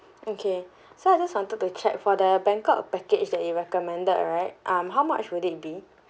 okay so I just wanted to check for the bangkok package that you recommended right um how much would it be